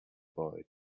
boy